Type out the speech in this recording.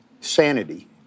sanity